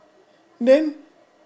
then